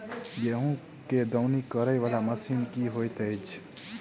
गेंहूँ केँ दौनी करै वला मशीन केँ होइत अछि?